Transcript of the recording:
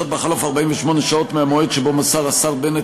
בחלוף 48 שעות מהמועד שבו מסר השר בנט